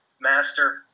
master